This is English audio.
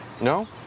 No